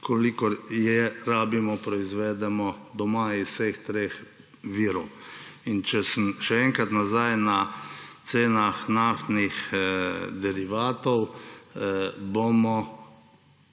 kolikor je rabimo, proizvedemo doma iz vseh treh virov. Če sem še enkrat nazaj na cenah naftnih derivatov, bomo